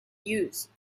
used